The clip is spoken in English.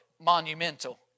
monumental